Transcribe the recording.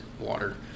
water